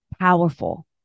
Powerful